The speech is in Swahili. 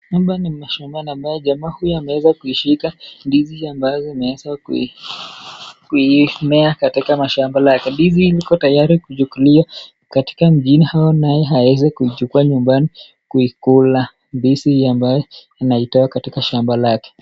Hapa ni mashambani ambayo jamaa huyu ameweza kuishika ndizi ambayo imeweza kumea katika mashamba lake. Ndizi hii liko tayari kuchukuliwa katika mjini au naye aweze kuichukua nyumbani kuikula ndizi hii ambayo ameitoa katika shamba lake.